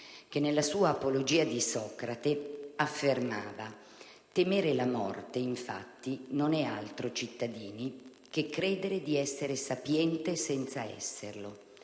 che, nella sua «Apologia di Socrate», affermava: «Temere la morte, infatti, non è altro, cittadini, che credere di essere sapiente senza esserlo;